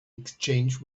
exchange